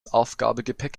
aufgabegepäck